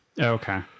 Okay